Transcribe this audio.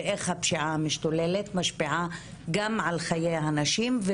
ואיך הפשיעה משתוללת ומשפיעה גם על חיי הנשים,